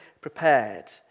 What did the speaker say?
prepared